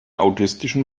autistischen